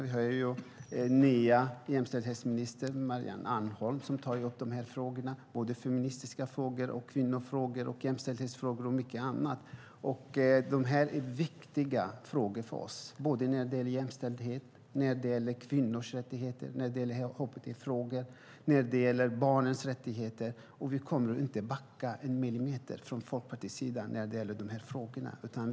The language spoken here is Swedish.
Vi har den nya jämställdhetsministern Maria Arnholm som tar upp de här frågorna - feministiska frågor, kvinnofrågor, jämställdhetsfrågor och mycket annat. Detta är viktiga frågor för oss. Det gäller såväl jämställdhet, kvinnors rättigheter och hbt-frågor som barns rättigheter. Vi från Folkpartiet kommer inte att backa en millimeter när det gäller dessa frågor.